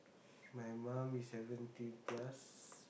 my mum is seventy plus